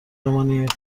بمانید